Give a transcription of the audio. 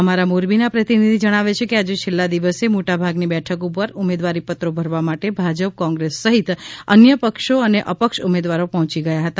અમારા મોરબીના પ્રતિનિધિ જણાવે છે કે આજે છેલ્લા દિવસે મોટા ભાગની બેઠક ઉપર ઉમેદવારીપત્રો ભરવા માટે ભાજપ કોંગ્રેસ સહિત અન્ય પક્ષો અને અપક્ષ ઉમેદવારો પહોંચી ગયા હતા